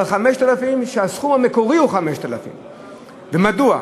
אבל כשהסכום המקורי הוא 5,000. מדוע?